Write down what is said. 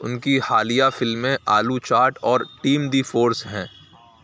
ان کی حالیہ فلمیں آلو چاٹ اور ٹیم دی فورس ہیں